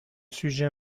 sujet